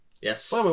Yes